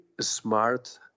smart